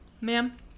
ma'am